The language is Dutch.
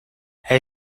hij